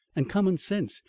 and common sense,